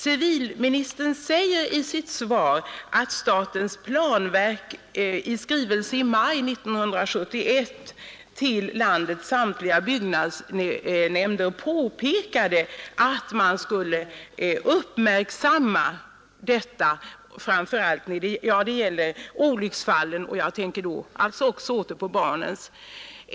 Civilministern säger i sitt svar att statens planverk i skrivelse i maj 1971 till landets samtliga byggnadsnämnder påpekat att framför allt de nu berörda olycksfallsriskerna skulle uppmärksammas. Jag tänker i detta sammanhang främst på barnen.